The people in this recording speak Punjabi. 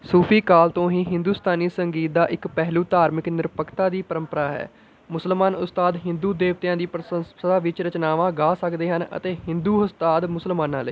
ਸੂਫ਼ੀ ਕਾਲ ਤੋਂ ਹੀ ਹਿੰਦੁਸਤਾਨੀ ਸੰਗੀਤ ਦਾ ਇੱਕ ਪਹਿਲੂ ਧਾਰਮਿਕ ਨਿਰਪੱਖਤਾ ਦੀ ਪਰੰਪਰਾ ਹੈ ਮੁਸਲਮਾਨ ਉਸਤਾਦ ਹਿੰਦੂ ਦੇਵਤਿਆਂ ਦੀ ਪ੍ਰਸ਼ੰਸਾ ਵਿੱਚ ਰਚਨਾਵਾਂ ਗਾ ਸਕਦੇ ਹਨ ਅਤੇ ਹਿੰਦੂ ਉਸਤਾਦ ਮੁਸਲਮਾਨਾਂ ਲਈ